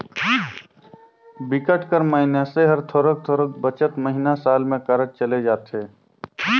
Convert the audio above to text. बिकट कर मइनसे हर थोरोक थोरोक बचत महिना, साल में करत चले जाथे